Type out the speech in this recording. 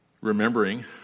remembering